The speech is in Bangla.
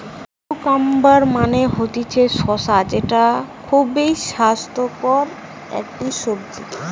কিউকাম্বার মানে হতিছে শসা যেটা খুবই স্বাস্থ্যকর একটি সবজি